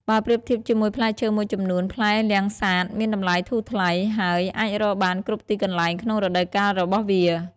បើប្រៀបធៀបជាមួយផ្លែឈើមួយចំនួន ផ្លែលាំងសាតមានតម្លៃធូរថ្លៃ ហើយអាចរកបានគ្រប់ទីកន្លែងក្នុងរដូវកាលរបស់វា។